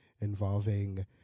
involving